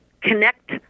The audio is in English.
connect